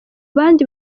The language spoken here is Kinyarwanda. bandi